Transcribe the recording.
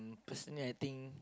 personally I think